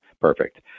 Perfect